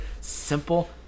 Simple